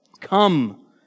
Come